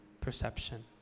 perception